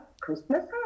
Christmas